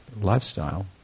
lifestyle